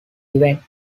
event